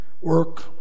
work